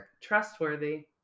trustworthy